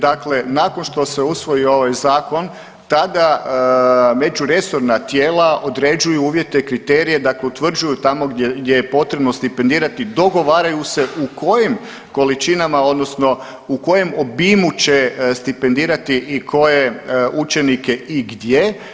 Dakle, nakon što se usvoji ovaj zakon tada međuresorna tijela određuju uvjete, kriterije, dakle utvrđuju tamo gdje je potrebno stipendirati dogovaraju se u kojim količinama, odnosno u kojem obimu će stipendirati i koje učenike i gdje.